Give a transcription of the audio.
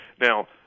Now